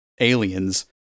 aliens